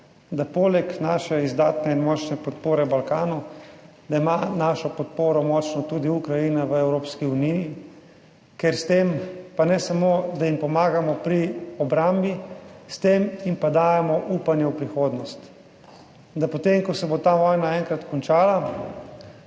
da poleg naše izdatne in močne podpore Balkanu, da ima našo podporo močno tudi Ukrajina v Evropski uniji. Ker s tem, pa ne samo, da jim pomagamo pri obrambi, s tem jim pa dajemo upanje v prihodnost, da potem, ko se bo ta vojna enkrat končala,